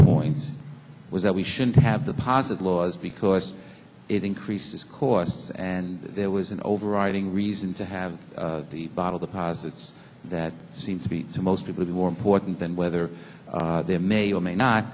point was that we shouldn't have the posset laws because it increases costs and there was an overriding reason to have the bottle deposits that seem to be to most people be more important than whether there may or may not